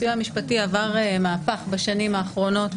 הסיוע המשפטי עבר מהפך בשנים האחרונות,